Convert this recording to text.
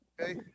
Okay